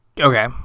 Okay